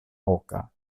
oka